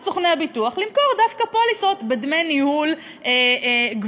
סוכני הביטוח למכור דווקא פוליסות בדמי ניהול גבוהים,